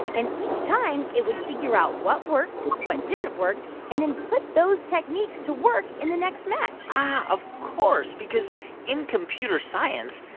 and each time, it would figure out what worked, what didn't work and then put those techniques to work in the next match of course because in computer science,